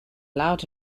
loud